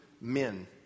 men